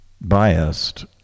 biased